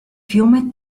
fiume